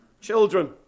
children